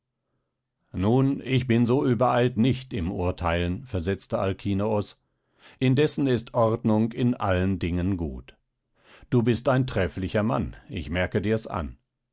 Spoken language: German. nun ich bin so übereilt nicht im urteilen versetzte alkinoos indessen ist ordnung in allen dingen gut du bist ein trefflicher mann ich merke dir's an